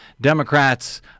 Democrats